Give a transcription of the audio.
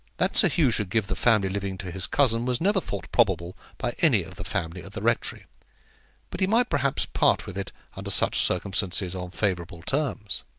that sir hugh should give the family living to his cousin was never thought probable by any of the family at the rectory but he might perhaps part with it under such circumstances on favourable terms.